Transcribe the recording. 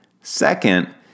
Second